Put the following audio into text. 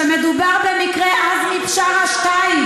שמדובר במקרה עזמי בשארה 2,